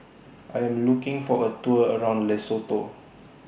I Am looking For A Tour around Lesotho